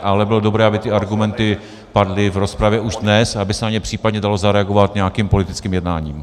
Ale bylo by dobré, aby ty argumenty padly v rozpravě už dnes, aby se na ně případně dalo zareagovat nějakým politickým jednáním.